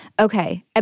Okay